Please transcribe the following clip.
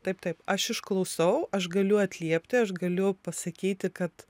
taip taip aš išklausau aš galiu atliepti aš galiu pasakyti kad